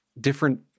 different